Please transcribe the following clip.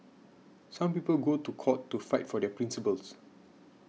some people go to court to fight for their principles